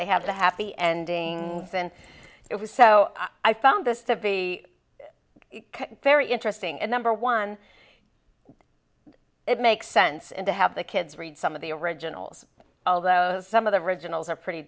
they have a happy ending and it was so i found this to be very interesting at number one it makes sense and to have the kids read some of the originals although some of the originals are pretty